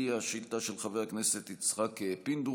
השאילתה הראשונה היא השאילתה של חבר הכנסת יצחק פינדרוס,